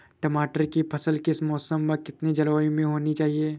टमाटर की फसल किस मौसम व कितनी जलवायु में होनी चाहिए?